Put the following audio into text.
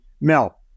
Mel